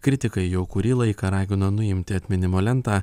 kritikai jau kurį laiką ragina nuimti atminimo lentą